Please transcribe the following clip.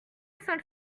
cinq